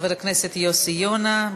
חבר הכנסת יוסי יונה,